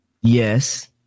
Yes